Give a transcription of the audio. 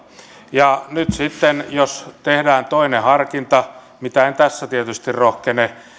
ja nyt sitten jos tehdään toinen harkinta mitä en tässä tietysti rohkene